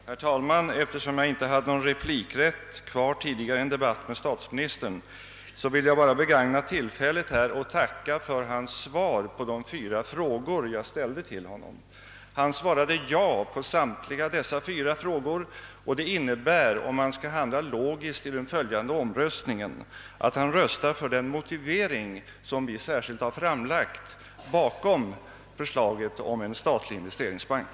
Herr talman! Eftersom jag inte hade någon replikrätt kvar i en tidigare debatt med statsministern vill jag bara begagna tillfället att tacka för hans svar på de fyra frågor jag ställde till honom. Han svarade ja på samtliga dessa fyra frågor, och det innebär, om man skall handla logiskt i den följande omröstningen, att han röstar för den motivering som vi särskilt har framlagt bakom förslaget om en statlig investeringsbank.